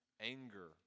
anger